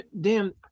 Dan